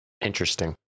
Interesting